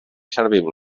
serviu